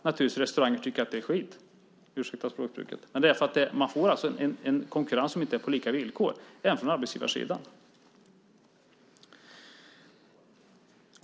Andra restauranger tycker att det är skit - ursäkta språkbruket. Man får en konkurrens som inte är på lika villkor även från arbetsgivarsidan.